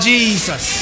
Jesus